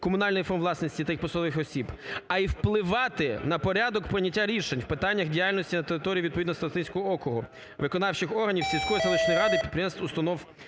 комунальних форм власності та їх посадових осіб, а й впливати на порядок прийняття рішень в питаннях діяльності на території відповідного Старостинського округу, виконавчих органів сільської,